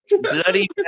Bloody